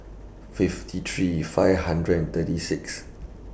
fifty three five hundred and thirty six